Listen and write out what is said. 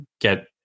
get